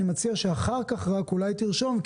אני מציע שאחר כך רק אולי תרשום,